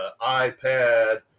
ipad